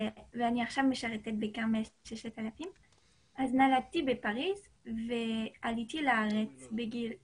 אני עכשיו משרתת בכרמל 6000. נולדתי בפריס ועליתי לארץ בגיל 19,